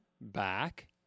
back